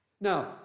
Now